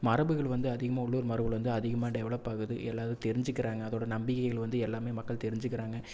மரபுகள் வந்து அதிகமாக உள்ளூர் மரபுகள் வந்து அதிகமாக டெவலப் ஆகுது எல்லோரும் தெரிஞ்சுக்கிறாங்க அதோடய நம்பிக்கைகள் வந்து எல்லாமே மக்கள் தெரிஞ்சுக்கிறாங்க